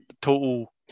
total